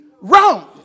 wrong